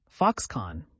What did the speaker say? Foxconn